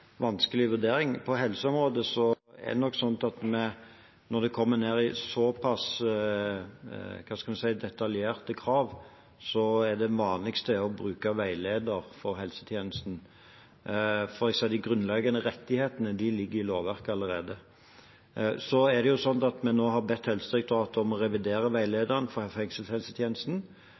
vurdering. På helseområdet er det nok sånn at når det kommer ned i såpass detaljerte krav, er det vanligste å bruke veileder for helsetjenesten, for jeg ser at de grunnleggende rettighetene ligger i lovverket allerede. Vi har nå bedt Helsedirektoratet om å revidere veilederen for fengselshelsetjenesten,